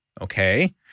Okay